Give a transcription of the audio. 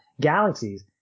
galaxies